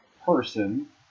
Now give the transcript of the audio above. Person